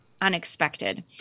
unexpected